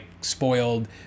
spoiled